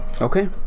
Okay